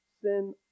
Sin